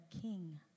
king